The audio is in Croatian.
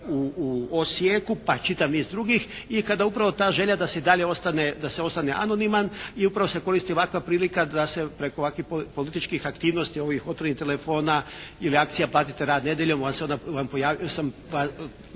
u Osijeku, pa čitav niz drugih. I kada je upravo ta želja da se i dalje ostane anoniman i upravo se koristi ovakva prilika da se preko ovakvih političkih aktivnosti, ovih otvorenih telefona ili akcija "Platite rad nedjeljom", nam se prijavljuju